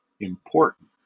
important